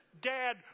dad